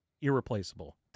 irreplaceable